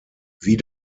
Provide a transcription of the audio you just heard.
wie